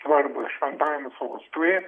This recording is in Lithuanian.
svarbūs šventajam sostui